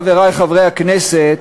חברי חברי הכנסת,